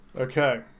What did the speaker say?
Okay